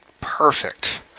perfect